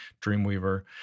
Dreamweaver